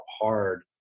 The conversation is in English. hard